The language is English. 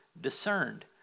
discerned